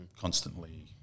constantly